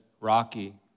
Rocky